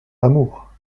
l’amour